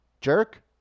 jerk